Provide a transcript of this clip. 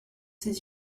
ses